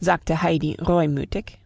sagte heidi reumütig